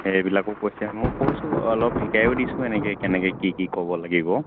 সেইবিলাকো কৈছে মই কৈছোঁ অলপ শিকায়ো দিছোঁ এনেকৈ কেনেকৈ কি কি ক'ব লাগিব